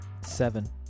Seven